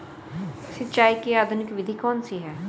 सिंचाई की आधुनिक विधि कौन सी है?